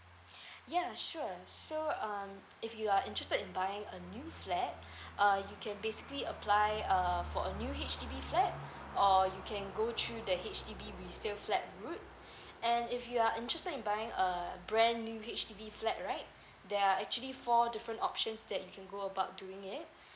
ya sure so um if you are interested in buying a new flat uh you can basically apply uh for a new H_D_B flat or you can go through the H_D_B resell flat route and if you are interested in buying a brand new H_D_B flat right there are actually four different options that you go about doing it